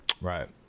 right